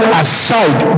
aside